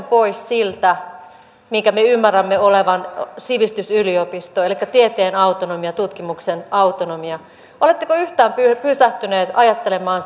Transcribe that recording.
pois siltä minkä me ymmärrämme olevan sivistysyliopisto elikkä tieteen autonomian ja tutkimuksen autonomian oletteko yhtään pysähtyneet ajattelemaan